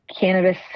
cannabis